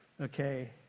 Okay